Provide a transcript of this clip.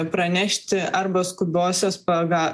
pranešti arba skubiosios paga